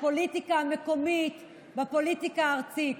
בפוליטיקה המקומית ובפוליטיקה הארצית.